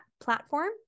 platform